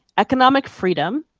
economic freedom,